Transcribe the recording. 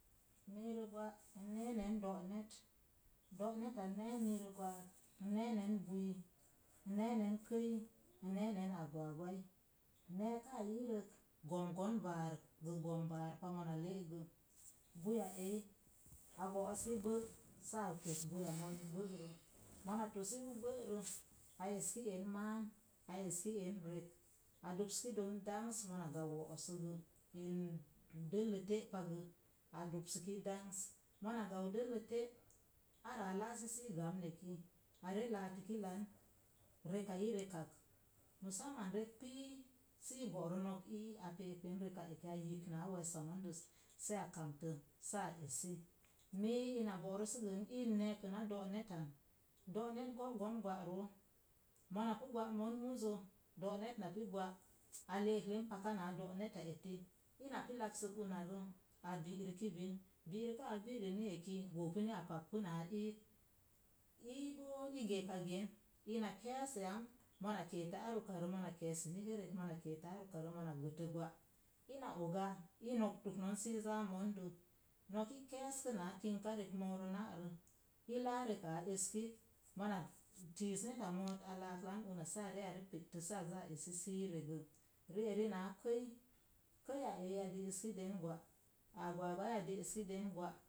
Miirə gwa n neenen do'net, do'neta n nee miirə gwa'at, n neenen bori, n nee nen kəi, n neenen agwaagwai. Neekaa iirək gogon baar, gə gombaar pa mona le'gə. Booi a eyi a gooski gbəəg, saa tos buiya mooi gbə'rə. Mona tosi pu gbərə, a eski en maam, a eski en rek, a dopski don dangs, mona gau wo'oosə gə in dəllə te'pagə, a dopsi dangs. Mona gan dəllə te, araa laasi su gamn eki, are laatəki lan reka i rekak. Mu samman rek oi sii borə nok ii, a pe'ek pen reka eki, a yibk naa weesa mondəs saa katə, saa esi. Mii ina go'rə sə gə n i neekəna do'netan, donet go'gon gwa roo, monapu gwa mon muzə, do'net na pi gwa, a le'eklen paka naa do'netta eti, ina pu lagsək una rə, a bi'rəki bin, bi'rəkaa a bi'rə ni eki, goopu ni a pak pu naa iik, ii boo i geeka gen, ina kees yam, moa keeta ar ukarə, mona keesəni pu rek’ mona keetə ar ukarə, mona gətə gwa, ina oga i noktək non sii zaa mondə. Nok i kees kə naa kinka rek moorə na'rə, i laa reka a eskik, mona ti̱i̱s neta oot, a laadan una sə a ree pe'tə sə a za esi sii regə. Ri'eri naa kəi, kəi a eyi a deeskden gwa, agwagwaai a deeskiden gwa